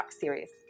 series